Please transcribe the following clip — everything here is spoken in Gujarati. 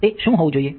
તે શું હોવું જોઈએ